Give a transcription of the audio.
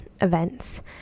events